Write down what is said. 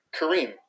Kareem